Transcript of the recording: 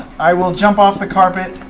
i will jump off the carpet,